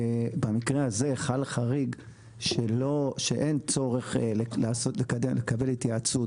במקר ההזה חל חריג שאין צורך לקבל התייעצות,